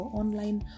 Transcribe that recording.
online